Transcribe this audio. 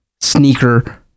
Sneaker